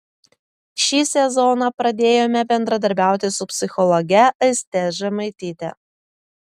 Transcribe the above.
šį sezoną pradėjome bendradarbiauti su psichologe aiste žemaityte